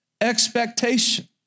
expectation